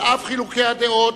על אף חילוקי הדעות,